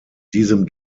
diesem